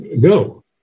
go